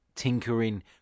tinkering